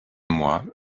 moi